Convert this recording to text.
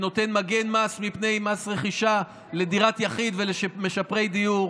שנותן מגן מס מפני מס רכישה לדירת יחיד ולמשפרי דיור.